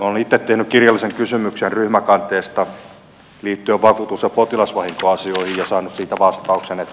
olen itse tehnyt kirjallisen kysymyksen ryhmäkanteesta liittyen vakuutus ja potilasvahinkoasioihin ja saanut siitä vastauksen